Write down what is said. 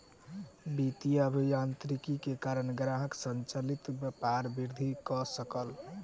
वित्तीय अभियांत्रिकी के कारण ग्राहक संचालित व्यापार वृद्धि कय सकल